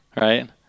Right